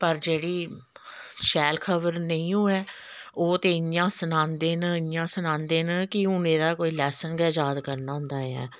पर जेह्ड़ी शैल खबर नेईं होऐ ओह् ते इ'यां सनांदे न इ'यां सनांदे न कि हून एहदा कोई लैसन गै याद करना होंदा ऐ